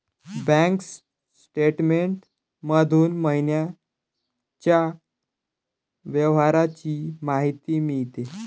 bank statement मधून महिन्याच्या व्यवहारांची माहिती मिळते